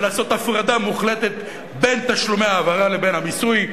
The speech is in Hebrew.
ולעשות הפרדה מוחלטת בין תשלומי העברה לבין מיסוי,